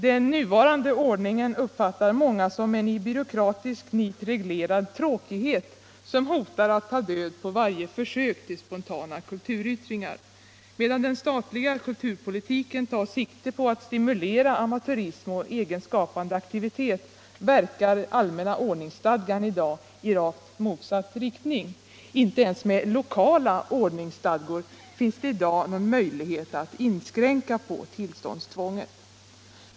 Den nuvarande ordningen uppfattar många som en i byråkratiskt nit reglerad tråkighet som hotar att ta död på varje försök till spontana kulturyttringar. Medan den statliga kulturpolitiken tar sikte på att stimulera amatörism och egen skapande aktivitet verkar allmänna ordningsstadgan i rakt motsatt riktning. Inte ens med lokala ordningsstadgor finns det i dag någon möjlighet att inskränka på tillståndstvånget.